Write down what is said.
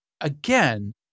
Again